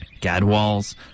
Gadwalls